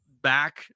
Back